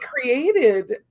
created